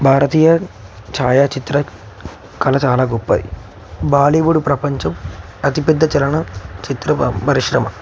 భారతీయ ఛాయాచిత్ర కళ చాలా గొప్పది బాలీవుడ్ ప్రపంచం అతిపెద్ద చలన చిత్ర పరిశ్రమ